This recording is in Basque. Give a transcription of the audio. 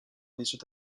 dizut